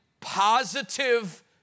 positive